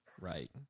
Right